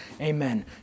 amen